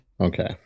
Okay